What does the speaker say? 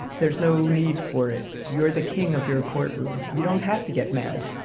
there's no need for it. you're the king of your courtroom. you don't have to get mad,